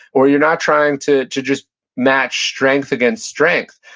or you're not trying to to just match strength against strength.